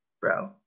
bro